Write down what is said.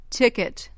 ticket